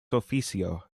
officio